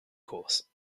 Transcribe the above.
course